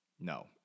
No